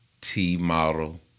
T-model